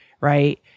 right